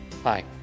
Hi